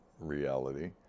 reality